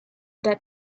that